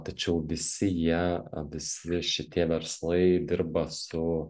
tačiau visi jie visi šitie verslai dirba su